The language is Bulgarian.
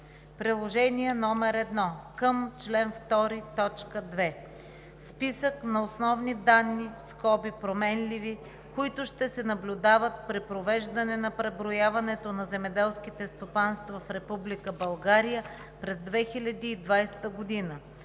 „Приложение № 1 към чл. 2, т. 2 Списък на основни данни (променливи), които ще се наблюдават при провеждане на преброяването на земеделските стопанства в Република България през 2020 г.